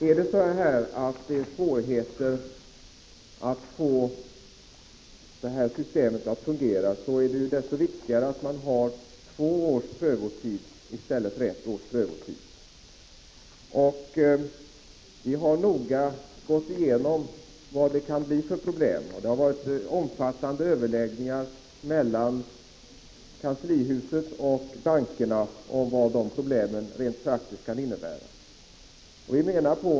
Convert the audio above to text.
Herr talman! Om det är svårt att få detta system att fungera är det desto viktigare att man har två års prövotid i stället för ett års. Vi har noga gått igenom vad det kan bli för problem. Det har varit omfattande överläggningar mellan kanslihuset och bankerna om vad problemen rent praktiskt skulle innebära.